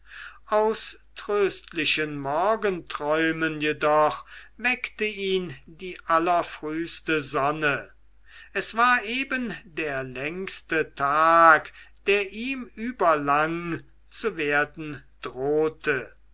aus tröstlichen morgenträumen jedoch weckte ihn die allerfrühste sonne es war eben der längste tag der ihm überlang zu werden drohte